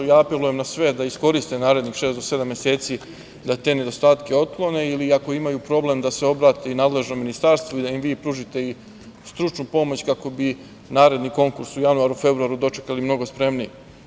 Apelujem na sve da iskoriste narednih 6 do 7 meseci, da te nedostatke otklone ili ako imaju problem, da se obrate i nadležnom Ministarstvu, i da im i vi pružite i stručnu pomoć, kako bi naredni konkurs u januaru, februaru dočekali mnogo spremniji.